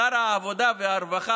גם שר העבודה והרווחה